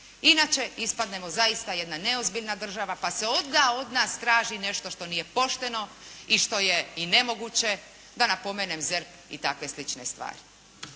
Inače ispadnemo zaista jedna neozbiljna država pa se onda od nas traži nešto što nije pošteno i što je i nemoguće, da napomenem ZERP i takve slične stvari.